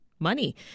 money